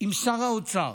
עם שר האוצר,